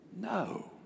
No